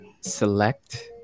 select